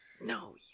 No